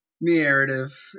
Narrative